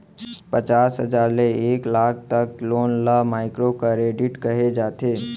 पचास हजार ले एक लाख तक लोन ल माइक्रो करेडिट कहे जाथे